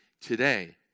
today